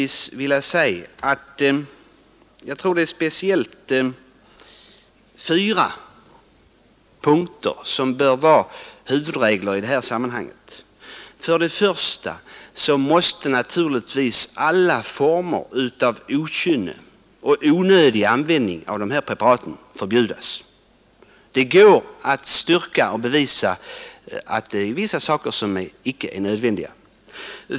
Jag tror att vi bör följa fyra huvudregler i det här sammanhanget: För det första måste naturligtvis alla former av okynnesanvändning av de här preparaten förbjudas i alla sammanhang där det går att styrka och bevisa att de icke är nödvändiga.